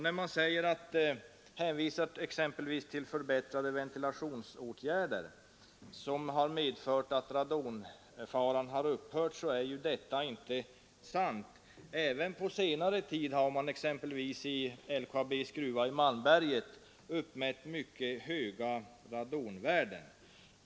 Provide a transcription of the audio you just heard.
När man exempelvis hänvisar till att förbättrad ventilation har medfört att radonfaran upphört är detta inte sant. Även på senare tid har t.ex. i LKAB:s gruva i Malmberget uppmätts mycket höga radonvärden.